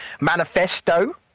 manifesto